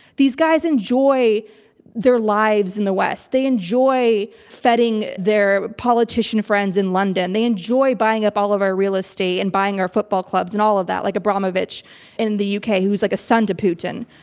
these guys enjoy their lives in the west. they enjoy feting their politician friends in london. they enjoy buying up all of our real estate and buying our football clubs and all of that, like abramovich in the uk who's like a son to putin.